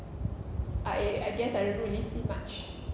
I I guess I don't know really see much